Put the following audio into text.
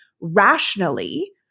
rationally